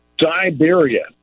Siberia